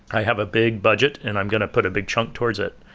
i have a big budget and i'm going to put a big chunk towards it.